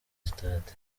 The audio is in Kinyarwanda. stade